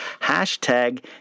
hashtag